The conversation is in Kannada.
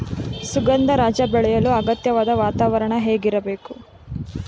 ಸುಗಂಧರಾಜ ಬೆಳೆಯಲು ಅಗತ್ಯವಾದ ವಾತಾವರಣ ಹೇಗಿರಬೇಕು?